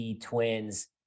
twins